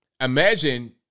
Imagine